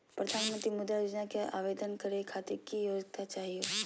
प्रधानमंत्री मुद्रा योजना के आवेदन करै खातिर की योग्यता चाहियो?